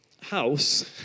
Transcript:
house